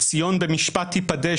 ציון במשפט תפדה,